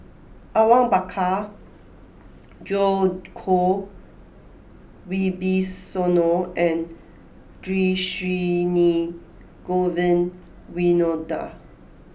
Awang Bakar Djoko Wibisono and Dhershini Govin Winodan